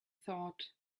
thought